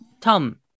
Tom